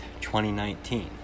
2019